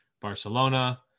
Barcelona